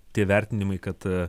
tie vertinimai kad